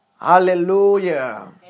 Hallelujah